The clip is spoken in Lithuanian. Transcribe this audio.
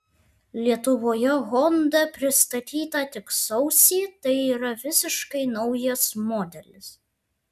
lietuvoje honda pristatyta tik sausį tai yra visiškai naujas modelis